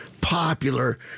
popular